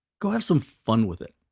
go have some fun with it!